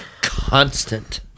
constant